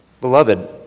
Beloved